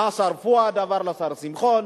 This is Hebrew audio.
מהשר פואד עבר לשר שמחון,